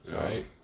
Right